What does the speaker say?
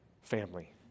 family